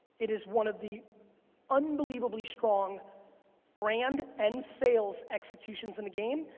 it is one of the unbelievably strong brand and sales executions in the game,